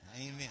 Amen